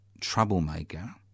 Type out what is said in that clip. troublemaker